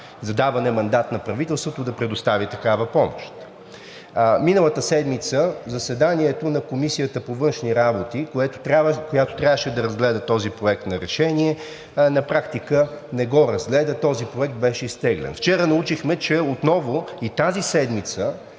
за даване мандат на правителството да предостави такава помощ. Миналата седмица заседанието на Комисията по външна политика, която трябваше да разгледа този проект на решение, на практика не го разгледа. Този проект беше изтеглен. Вчера научихме, че и тази седмица